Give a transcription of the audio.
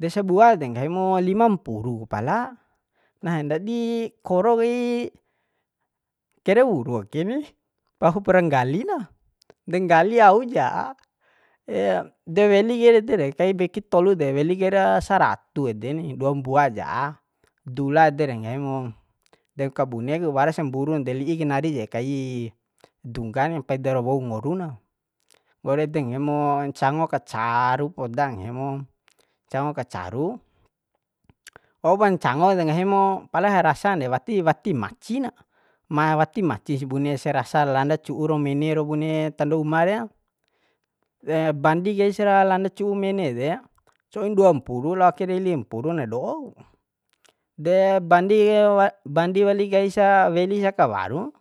De sabua de nggahi mu lima mpuru ku pala nahe ndadi koro kai kere wuru ake ni pahupra nggali na de nggali auja de weli kair ede re kai weki tolu de weli kaira saratu ede ni dua mbua ja dula ede re nggahi mu de kabune ku warasa mburun de li'i kanari ja kai dungga ni paidar wou ngoru na nggori ede nggahimu ncango kacaru poda ngahi mu ncango ka caru waupa ncango de nggahimo pala rasan de wati wati maci na ma wati maci sih bune se rasa landa cu'u ro mene ro bune tando uma re bandi kaisa ra landa cu'u mene ede coin dua mpuru lao ke dei limpuru na do'o ku de bandi kai bandi wali kaisa weli sa kawarung